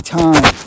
time